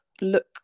look